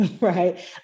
right